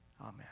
Amen